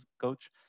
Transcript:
coach